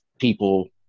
people